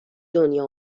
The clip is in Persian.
دنیا